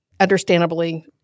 Understandably